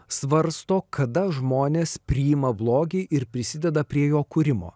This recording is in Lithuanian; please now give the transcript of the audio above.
svarsto kada žmonės priima blogį ir prisideda prie jo kūrimo